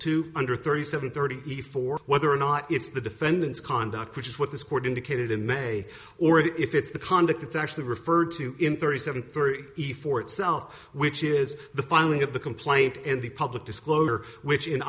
to under thirty seven thirty efore whether or not it's the defendant's conduct which is what this court indicated in may or if it's the conduct it's actually referred to in thirty seven three efore itself which is the finding of the complaint and the public disclosure which in